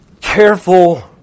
careful